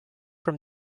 from